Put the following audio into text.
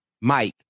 Mike